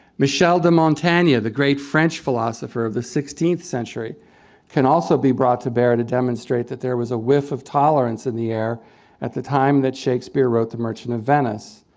michelle de montagne, the great french philosopher of the sixteenth century can also be brought to bear to demonstrate that there was a whiff of tolerance in the air at the time that shakespeare wrote the merchant of venice.